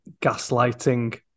gaslighting